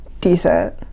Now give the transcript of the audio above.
decent